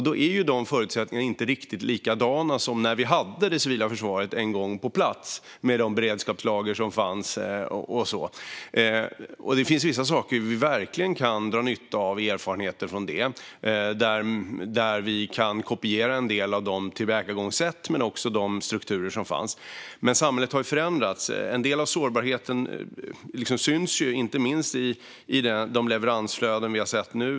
Dessa förutsättningar är inte riktigt likadana som när vi en gång hade det civila försvaret på plats, med de beredskapslager som fanns. Det finns vissa erfarenheter från detta som vi verkligen kan dra nytta av. Vi kan kopiera en del av de tillvägagångssätt och de strukturer som fanns. Men samhället har förändrats. En del av sårbarheten syns inte minst i de leveransflöden vi har sett nu.